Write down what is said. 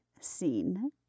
scene